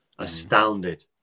Astounded